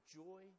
joy